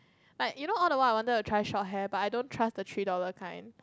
like you know all the while I wanted to touch your hair but I don't trust the three dollars kind